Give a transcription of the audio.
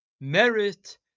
merit